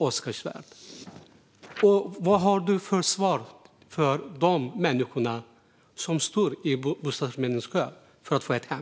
Och vad har du för svar till människorna som står i bostadsförmedlingskö för att få ett hem?